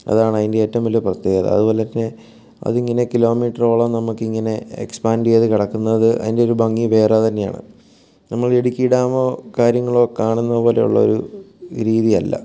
അതാണ് അതിൻ്റെ ഏറ്റവും വലിയ പ്രത്യേകത അതുപോലെ തന്നെ അതിങ്ങനെ കിലോ മീറ്ററോളം നമുക്കിങ്ങനെ എക്സ്പാൻ്റ് ചെയ്ത് കിടക്കുന്നത് അതിൻ്റെ ഒരു ഭംഗി വേറെ തന്നെയാണ് നമ്മൾ ഇടുക്കി ഡാമോ കാര്യങ്ങളോ കാണുന്നതു പോലെയുള്ളൊരു രീതിയല്ല